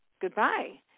goodbye